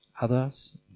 others